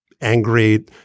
angry